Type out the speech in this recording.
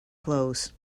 clothes